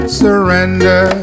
surrender